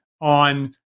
on